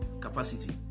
capacity